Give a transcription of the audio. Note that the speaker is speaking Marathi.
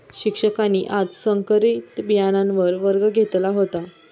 शिक्षकांनी आज संकरित बियाणांवर वर्ग घेतला होता